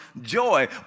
joy